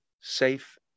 safe